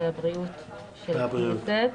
והבריאות של הכנסת.